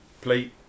plate